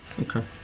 Okay